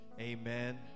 amen